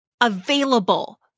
available